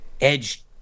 edge-